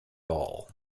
all